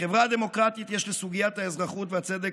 בחברה דמוקרטית יש לסוגיית האזרחות והצדק